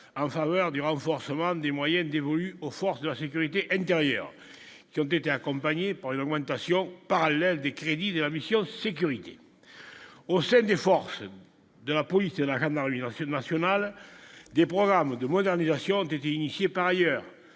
en faveur du renforcement des moyens dévolus aux forces de sécurité intérieure qui ont été accompagnés par une augmentation parallèle des crédits de la mission sécurité au sein des forces de la police de la rendant lui ensuite national des programmes de modernisation des initiés par ailleurs